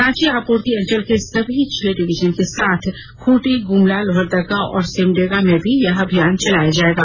रांची आपूर्ति अंचल के सभी छह डिवीजन के साथ खूंटी गुमला लोहरदगा और सिमडेगा में भी यह अभियान चलाया जाएगा